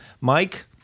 Mike